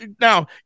Now